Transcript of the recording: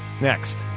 next